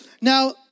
Now